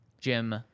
jim